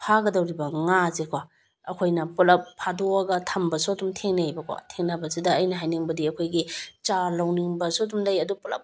ꯐꯥꯒꯗꯧꯔꯤꯕ ꯉꯥꯁꯦꯀꯣ ꯑꯩꯈꯣꯏꯅ ꯄꯨꯂꯞ ꯐꯥꯗꯣꯛꯑꯒ ꯊꯝꯕꯁꯨ ꯑꯗꯨꯝ ꯊꯦꯡꯅꯩꯑꯕꯀꯣ ꯊꯦꯡꯅꯕꯁꯤꯗ ꯑꯩꯅ ꯍꯥꯏꯅꯤꯡꯕꯗꯤ ꯑꯩꯈꯣꯏꯒꯤ ꯆꯥꯔ ꯂꯧꯅꯤꯡꯕꯁꯨ ꯑꯗꯨꯝ ꯂꯩ ꯑꯗꯨ ꯄꯨꯂꯞ